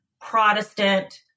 Protestant